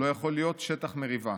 לא יכול להיות שטח מריבה.